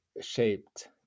shaped